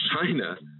China